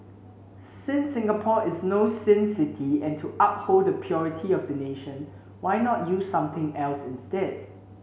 since Singapore is no sin city and to uphold the purity of the nation why not use something else instead